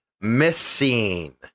missing